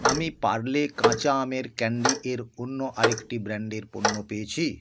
আমি পার্লে কাঁচা আমের ক্যান্ডি এর অন্য আরেকটি ব্র্যান্ডের পণ্য পেয়েছি